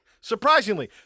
Surprisingly